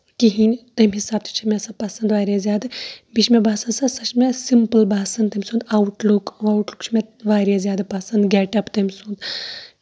کِہیٖںٛۍ نہٕ تَمہِ حِسابہٕ تہِ چھےٚ سۄ مےٚ پَسنٛد واریاہ زیادٕ بیٚیہِ چھِ مےٚ باسان سۄ سۄ چھےٚ مےٚ سِمپٕل باسان تٔمۍ سُنٛد آوُٹ لُک وَوُٹ لُک چھُ مےٚ واریاہ زیادٕ پَسنٛد گیٹ اَپ تٔمۍ سُنٛد